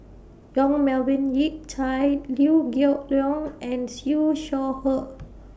Yong Melvin Yik Chye Liew Geok Leong and Siew Shaw Her